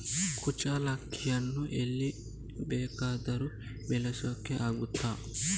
ಕುಚ್ಚಲಕ್ಕಿಯನ್ನು ಎಲ್ಲಿ ಬೇಕಾದರೂ ಬೆಳೆಸ್ಲಿಕ್ಕೆ ಆಗ್ತದ?